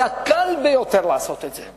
זה הקל ביותר לעשות את זה,